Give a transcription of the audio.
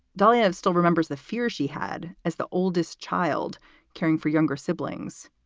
dullea still remembers the fear she had as the oldest child caring for younger siblings,